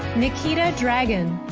the key to dragon.